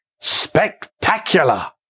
spectacular